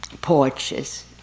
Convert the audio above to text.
porches